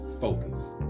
focus